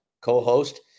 co-host